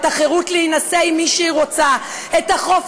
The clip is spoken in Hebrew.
את החירות להינשא למי שהיא רוצה,